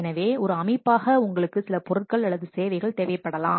எனவே ஒரு அமைப்பாக உங்களுக்கு சில பொருட்கள் அல்லது சேவைகள் தேவைப்படலாம்